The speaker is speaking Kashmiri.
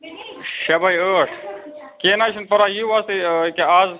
شےٚ باے ٲٹھ کیٚنٛہہ نہَ حظ چھُنہٕ پَرواے یِیِو حظ تُہۍ یہِ کیٛاہ اَز